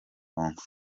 congo